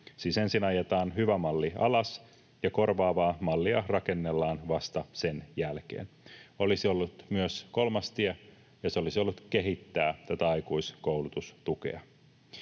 Siis ensin ajetaan hyvä malli alas ja korvaavaa mallia rakennellaan vasta sen jälkeen. Olisi ollut myös kolmas tie, ja se olisi ollut kehittää tätä aikuiskoulutustukea.